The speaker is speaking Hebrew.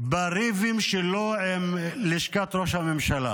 בריבים שלו עם לשכת ראש הממשלה.